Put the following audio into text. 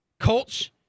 Colts